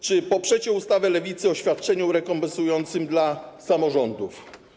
Czy poprzecie ustawę Lewicy o świadczeniu rekompensującym dla samorządów?